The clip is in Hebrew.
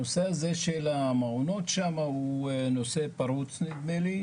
הנושא הזה של המעונות שם הוא נושא פרוץ נדמה לי.